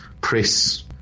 press